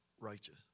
righteous